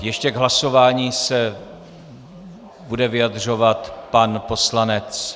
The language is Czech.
Ještě k hlasování se bude vyjadřovat pan poslanec.